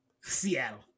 Seattle